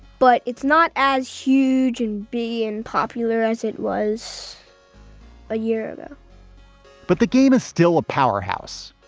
but it's not as huge and b, and popular as it was a year and but the game is still a powerhouse.